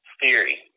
theory